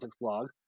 Blog